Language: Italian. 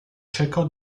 cercò